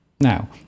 Now